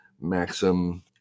maxim